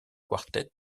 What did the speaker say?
quartet